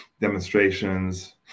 demonstrations